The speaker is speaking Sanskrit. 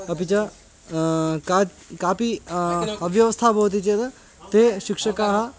अपि च कात् कापि अव्यवस्था भवति चेत् ते शिक्षकाः